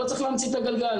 לא צריך להמציא את הגלגל.